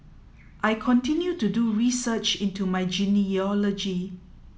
I continue to do research into my genealogy